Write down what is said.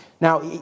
Now